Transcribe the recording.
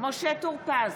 משה טור פז,